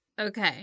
Okay